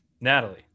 Natalie